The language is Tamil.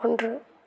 ஒன்று